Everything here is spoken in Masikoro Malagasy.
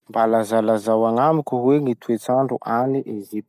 Mba lazalazao agnamiko hoe gny toetsandro agny Ezipta?